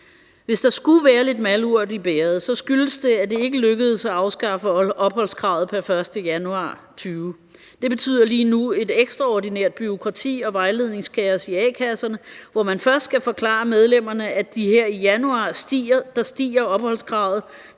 Hvis der skulle være lidt malurt i bægeret, skyldes det, at det ikke lykkedes at afskaffe opholdskravet pr. 1. januar 2020. Det betyder lige nu et ekstraordinært bureaukrati og vejledningskaos i a-kasserne, hvor man først skal forklare medlemmerne, at her i januar stiger opholdskravet